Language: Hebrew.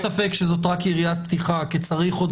ואין ספק שזאת רק יריית פתיחה כי צריך עוד